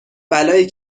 بلایی